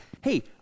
hey